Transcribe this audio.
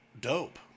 dope